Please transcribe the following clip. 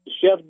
chef